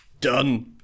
Done